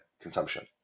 consumption